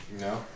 no